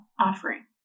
offering